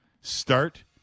start